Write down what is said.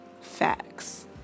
facts